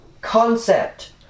concept